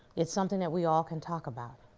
it's something that we all can talk about.